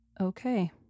Okay